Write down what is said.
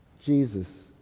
Jesus